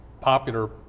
popular